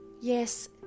Yes